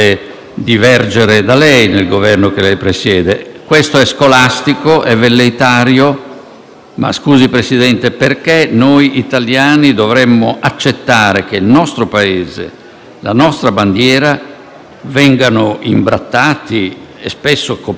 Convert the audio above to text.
ma scusi, Presidente, perché noi italiani dovremmo accettare che il nostro Paese e la nostra bandiera vengano imbrattati e spesso coperti di ridicolo proprio da politici che ogni giorno richiamano noi ai valori